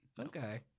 Okay